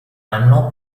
anno